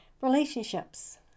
relationships